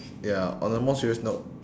ya on a more serious note